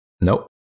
Nope